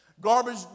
Garbage